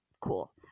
cool